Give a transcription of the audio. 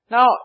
Now